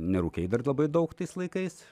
nerūkei dar labai daug tais laikais